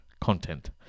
content